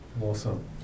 Awesome